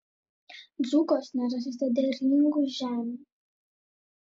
dzūkuos nerasite derlingų žemių